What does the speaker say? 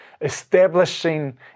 establishing